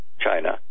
China